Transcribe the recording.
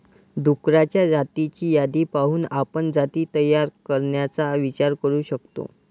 डुक्करांच्या जातींची यादी पाहून आपण जाती तयार करण्याचा विचार करू शकतो